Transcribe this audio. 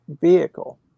vehicle